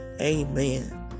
Amen